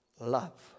love